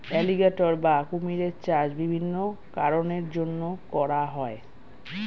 alligator বা কুমিরের চাষ বিভিন্ন কারণের জন্যে করা হয়